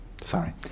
Sorry